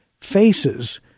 faces